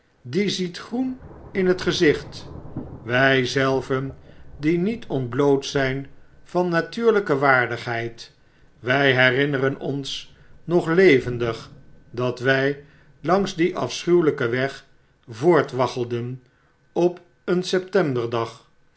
die ziet groen in het gezicht wy zelven die niet ontbloot zp van natuurlijke waardigheid wtf herinneren ons nog levendig dat wj langs dien afschu weaken weg voort waggelden op een septemberdag